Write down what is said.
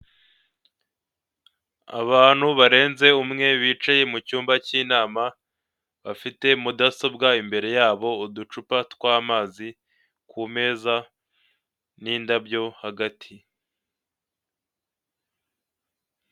Abantu barenze umwe bicaye mu cyumba cy,inama bafite mudasobwa imbere yabo, uducupa twamazi ku meza n'indabyo hagati.